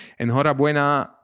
Enhorabuena